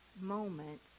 moment